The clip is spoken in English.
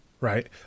right